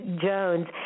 Jones